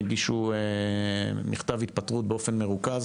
הן הגישו מכתב התפטרות באופן מרוכז.